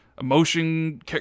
emotion